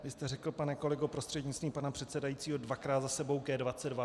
Vy jste řekl, pane kolego prostřednictvím pana předsedajícího, dvakrát za sebou G22.